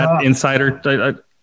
Insider